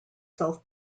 self